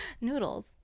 Noodles